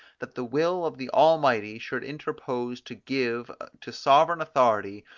that the will of the almighty should interpose to give to sovereign authority,